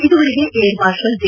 ಇದುವರೆಗೆ air marshal J